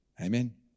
Amen